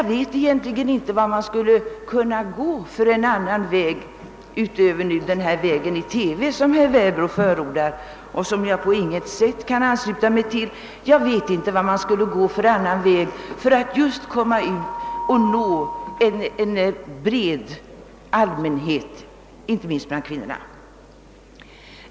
Jag vet egentligen inte vad man skulle kunna gå för annan väg — utöver vägen via TV som herr Werbro förordar och som jag på intet sätt kan ansluta mig till — för att nå den breda allmänheten och kvinnorna.